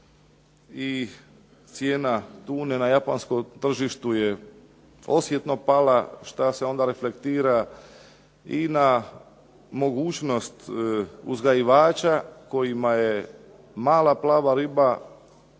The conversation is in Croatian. i cijena tune na japanskom tržištu je osjetno pala, šta se onda reflektira i na mogućnost uzgajivača kojima je mala plava riba